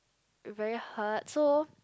be very hurt so